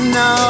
no